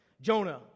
Jonah